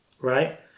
right